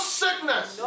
sickness